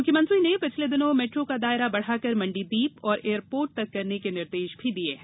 मुख्यमंत्री ने पिछले दिनों मेट्रो का दायरा बढ़ाकर मण्डीदीप और एयरपोर्ट तक करने के निर्देश भी दिये हैं